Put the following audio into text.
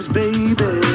baby